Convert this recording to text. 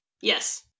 Yes